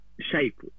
shape